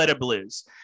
Blues